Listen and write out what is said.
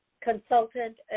consultant